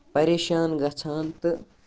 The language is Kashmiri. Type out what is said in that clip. پَریشان گژھان تہٕ